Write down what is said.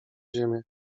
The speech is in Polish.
ziemię